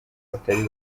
batari